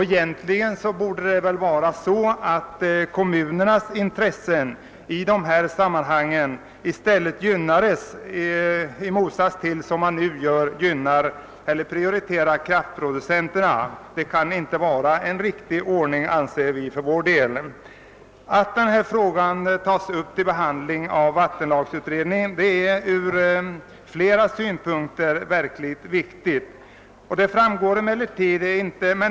Egentligen borde väl kommunernas intressen i dessa sammanhang gynnas i stället för att som nu kraftproducenterna prioriteras — vi anser att det inte kan vara en riktig ordning. Att den här frågan tas upp till behandling av vattenlagsutredningen är ur flera synpunkter verkligt viktigt.